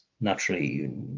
naturally